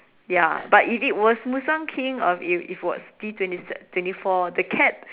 ya but if it was Musang King or if it it was D twenty four the cat